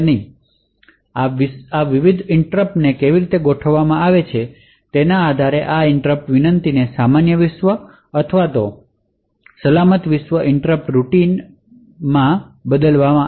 તેથી આ વિવિધ ઇનટ્રપટને કેવી રીતે ગોઠવવામાં આવે છે તેના આધારે આ ઇનટ્રપટ વિનંતીને સામાન્ય વિશ્વ ઇનટ્રપટ સેવા રૂટીન અથવા સલામત વિશ્વ ઇનટ્રપટ સેવા રૂટીન રૂપે બદલવામાં આવશે